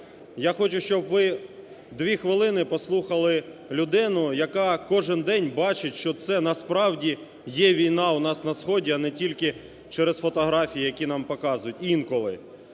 Я хочу, щоб ви дві хвилини послухали людину, яка кожен день бачить, що це насправді є війна у нас на сході, а не тільки через фотографії, які нам показують інколи.